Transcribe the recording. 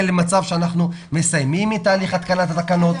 למצב שאנחנו מסיימים את תהליך התקנת התקנות.